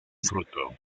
fruto